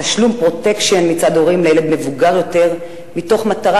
תשלום "פרוטקשן" מצד הורים לילד מבוגר יותר מתוך מטרה